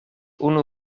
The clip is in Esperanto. unu